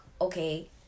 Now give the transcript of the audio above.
okay